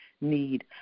need